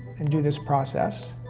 and do this process,